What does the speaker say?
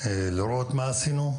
לראות מה עשינו,